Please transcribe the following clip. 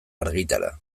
argitara